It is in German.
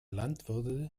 landwirte